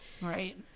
Right